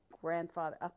grandfather